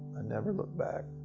never looked back.